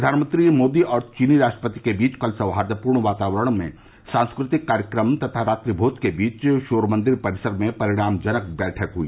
प्रधानमंत्री श्री मोदी और चीनी के राष्ट्रपति के बीच कल सौहार्दपूर्ण वातावरण में सांस्कृतिक कार्यक्रम तथा रात्रि भोज के बीच शोरमंदिर परिसर में परिणामजनक बैठक हुई